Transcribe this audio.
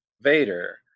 Vader